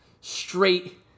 straight